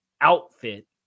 outfit